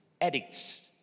addicts